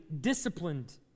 disciplined